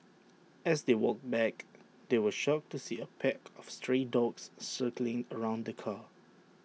as they walked back they were shocked to see A pack of stray dogs circling around the car